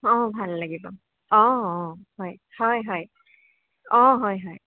অ ভাল লাগিব অ অ হয় হয় হয় অ হয় হয়